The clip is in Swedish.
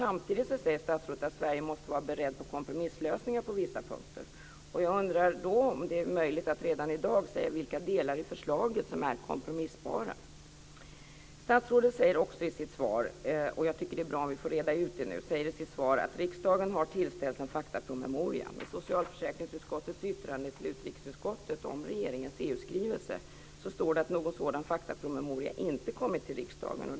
Statsrådet säger samtidigt att Sverige måste vara berett till kompromisslösningar på vissa punkter. Jag undrar om det redan i dag är möjligt att säga vilka delar i förslaget som är kompromissbara. Statsrådet säger vidare i sitt svar att riksdagen har tillställts en faktapromemoria. Det är bra om vi får detta utrett. I socialförsäkringsutskottets yttrande till utrikesutskottet om regeringens EU-skrivelse står det att någon sådan faktapromemoria inte har kommit till riksdagen.